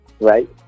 Right